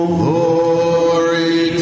glory